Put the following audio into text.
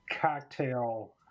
cocktail